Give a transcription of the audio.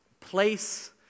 place